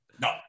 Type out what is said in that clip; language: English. No